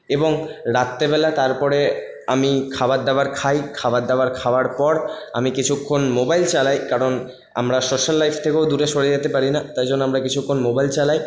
এবং রাত্রেবেলা তারপরে আমি খাবার দাবার খাই খাবার দাবার খাওয়ার পর আমি কিছুক্ষণ মোবাইল চালাই কারণ আমরা সোশ্যাল লাইফ থেকেও দূরে সরে যেতে পারি না তাই জন্য আমরা কিছুক্ষণ মোবাইল চালাই